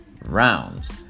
rounds